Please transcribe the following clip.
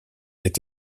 est